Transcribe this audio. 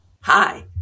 Hi